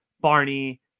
Barney